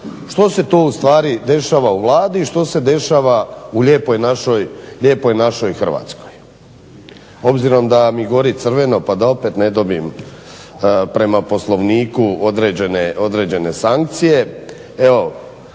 što se to ustvari dešava u Vladi i što se dešava u Lijepoj našoj Hrvatskoj. Obzirom da mi gori crveno pa da opet ne dobijem prema Poslovniku određene sankcije, kažem